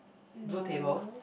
blue table